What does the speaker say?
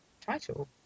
title